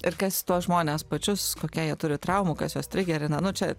ir kas tuos žmones pačius kokie jie turi traumų kas juos trigerina nu čia